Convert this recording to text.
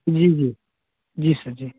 जी जी जी सर जी